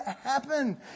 happen